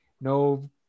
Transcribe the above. no